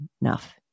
enough